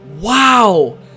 Wow